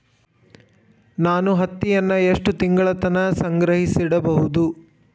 ನಾನು ಹತ್ತಿಯನ್ನ ಎಷ್ಟು ತಿಂಗಳತನ ಸಂಗ್ರಹಿಸಿಡಬಹುದು?